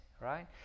right